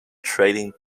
trading